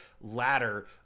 ladder